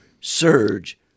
surge